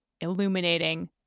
illuminating